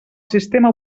sistema